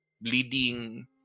bleeding